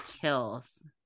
kills